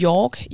York